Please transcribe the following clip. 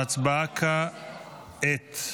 ההצבעה כעת.